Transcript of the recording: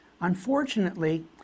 Unfortunately